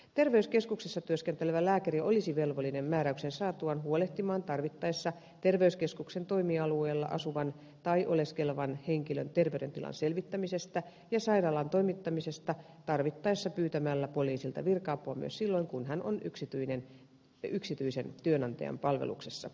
terveyskeskuksessa työskentelevä lääkäri olisi velvollinen määräyksen saatuaan huolehtimaan tarvittaessa terveyskeskuksen toimialueella asuvan tai oleskelevan henkilön terveydentilan selvittämisestä ja sairaalaan toimittamisesta tarvittaessa pyytämällä poliisilta virka apua myös silloin kun hän on yksityisen työnantajan palveluksessa